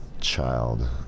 child